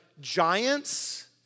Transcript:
giants